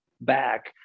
back